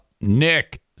Nick